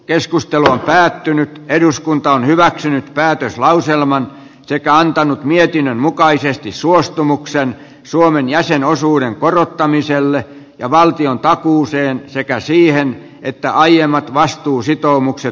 keskustelu on päättynyt eduskunta on hyväksynyt päätöslauselman sekä antanut mietinnön mukaisesti suostumuksen suomen ja sen osuuden korottamiselle ja valtion takuuseen sekä siihen että aiemmat vastuusitoumukset